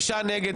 6 נגד,